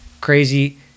crazy